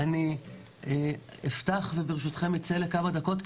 אני אפתח וברשותכם אצא לכמה דקות,